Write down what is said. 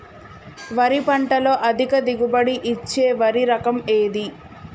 వరి పంట లో అధిక దిగుబడి ఇచ్చే వరి రకం ఏది?